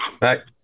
Back